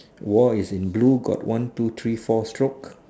war is in blue got one two three four stroke